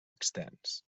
extens